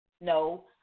no